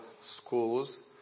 schools